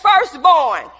firstborn